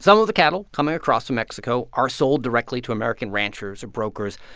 some of the cattle coming across from mexico are sold directly to american ranchers or brokers.